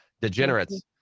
Degenerates